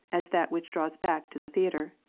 as that which draws back to the theatre.